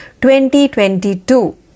2022